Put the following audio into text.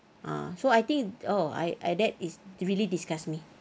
ah so I think oh I I that is really disgusts me